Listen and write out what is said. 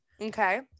Okay